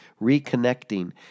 reconnecting